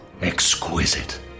Exquisite